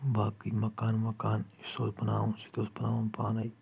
باقٕے مکان وکان یُس بناوُن سُہ تہِ اوس بناوُن پانے